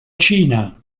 cina